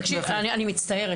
תקשיב, אני מצטערת.